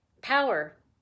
power